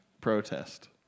protest